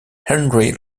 henry